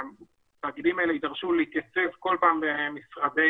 שהתאגידים האלה יידרשו להתייצב כל פעם במשרדים